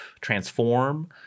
transform